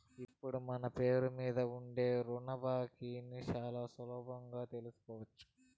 ఇప్పుడు మన పేరు మీద ఉండే రుణ బాకీని శానా సులువుగా తెలుసుకోవచ్చు